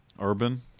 Urban